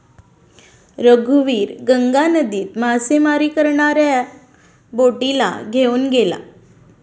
रघुवीर गंगा नदीत मासेमारी करणाऱ्या बोटीला घेऊन गेला होता